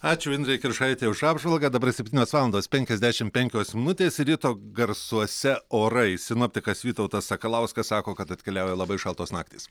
ačiū indrei kiršaitei už apžvalgą dabar septynios valandos penkiasdešim penkios minutės ryto garsuose orai sinoptikas vytautas sakalauskas sako kad atkeliauja labai šaltos naktys